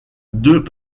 deux